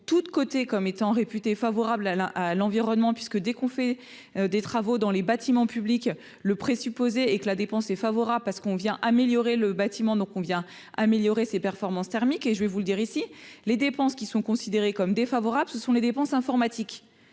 toutes cotées comme étant réputée favorable à l'un à l'environnement puisque dès qu'on fait des travaux dans les bâtiments publics le présupposé est que la dépense est favorable à ce qu'on vient améliorer le bâtiment donc on vient améliorer ses performances thermiques et je vais vous le dire, ici les dépenses qui sont considérés comme défavorables, ce sont les dépenses informatiques